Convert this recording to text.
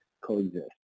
coexist